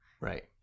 Right